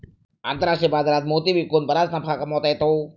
आंतरराष्ट्रीय बाजारात मोती विकून बराच नफा कमावता येतो